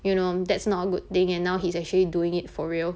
you know that's not a good thing and now he's actually doing it for real